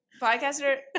podcaster